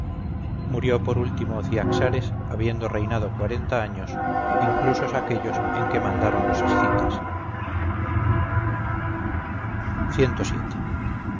murió por último ciaxares habiendo reinado cuarenta años inclusos aquellos en que mandaron los escitas